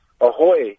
ahoy